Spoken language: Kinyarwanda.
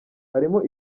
harimo